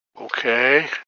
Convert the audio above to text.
Okay